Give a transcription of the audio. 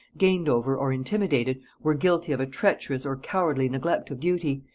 gained over or intimidated, were guilty of a treacherous or cowardly neglect of duty,